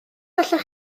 allech